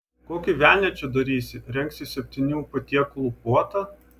kokį velnią čia darysi rengsi septynių patiekalų puotą